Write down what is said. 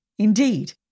Indeed